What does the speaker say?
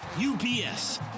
UPS